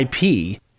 IP